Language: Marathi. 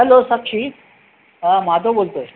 हॅलो साक्षी माधव बोलतो आहे